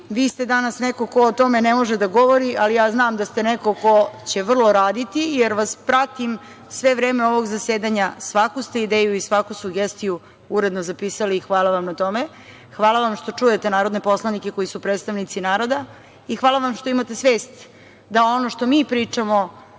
Vi ste danas neko ko o tome ne može da govori, ali ja znam da ste neko ko će vrlo raditi, jer vas pratim sve vreme ovog zasedanja, svaku ste ideju i svaku sugestiju uredno zapisali i hvala vam na tome. Hvala vam što čujete narodne poslanike koji su predstavnici naroda i hvala vam što imate svest da ono što mi pričamo